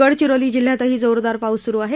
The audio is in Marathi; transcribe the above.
गडचिरोली जिल्ह्यातही जोरदार पाऊस सुरु आहे